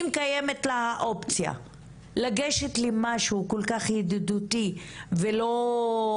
אם קיימת לה האופציה לגשת למשהו כל כך ידידותי ובלי